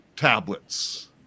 Tablets